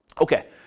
Okay